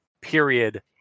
period